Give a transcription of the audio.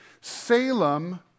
Salem